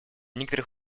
некоторых